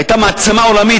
היתה מעצמה עולמית,